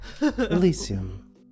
Elysium